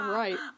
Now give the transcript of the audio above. right